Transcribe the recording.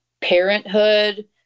parenthood